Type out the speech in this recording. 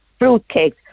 Fruitcakes